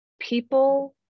people